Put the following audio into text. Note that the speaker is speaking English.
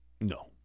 No